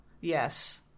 Yes